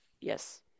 Yes